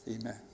Amen